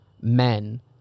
men